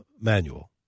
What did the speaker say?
manual